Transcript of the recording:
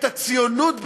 את הציונות במלואה?